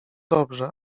dobrze